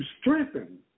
strengthen